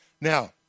Now